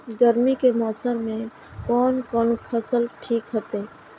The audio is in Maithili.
गर्मी के मौसम में कोन कोन फसल ठीक होते?